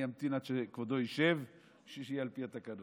אני אמתין עד שכבודו ישב בשביל שיהיה על פי התקנון.